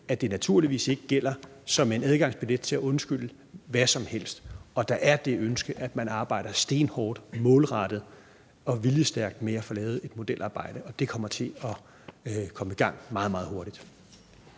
at det naturligvis ikke gælder som en adgangsbillet til at undskylde hvad som helst. Og der er det ønske, at man arbejder stenhårdt, målrettet og viljestærkt med at få lavet et modelarbejde, og det kommer til at komme i gang meget, meget hurtigt.